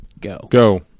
go